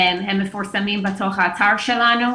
הם מפורסמים באתר שלנו,